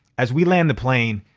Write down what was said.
as we land the plane,